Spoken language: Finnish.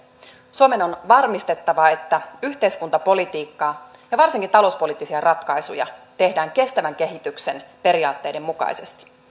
suomen on varmistettava että yhteiskuntapolitiikkaa ja varsinkin talouspoliittisia ratkaisuja tehdään kestävän kehityksen periaatteiden mukaisesti